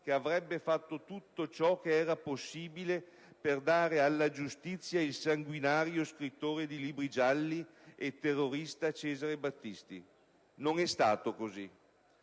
che avrebbe fatto tutto ciò che era possibile per consegnare alla giustizia il sanguinario scrittore di libri gialli e terrorista Cesare Battisti. Non è stato così.